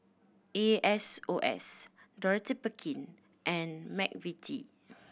A S O S Dorothy and McVitie